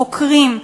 חוקרים,